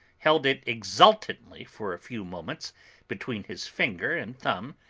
held it exultantly for a few moments between his finger and thumb,